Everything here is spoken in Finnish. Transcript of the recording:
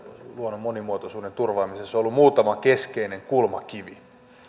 luonnon monimuotoisuuden turvaamisessa on ollut muutama keskeinen kulmakivi